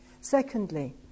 Secondly